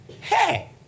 Hey